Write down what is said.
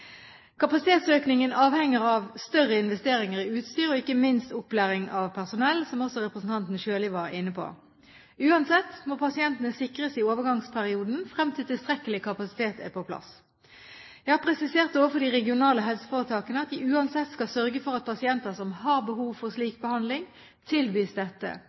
Kapasitetsøkningen avhenger av større investeringer i utstyr, og ikke minst opplæring av personell, som også representanten Sjøli var inne på. Uansett må pasienten sikres i overgangsperioden frem til tilstrekkelig kapasitet er på plass. Jeg har presisert overfor de regionale helseforetakene at de uansett skal sørge for at pasienter som har behov for slik behandling, tilbys dette.